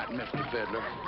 mr. fiddler.